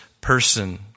person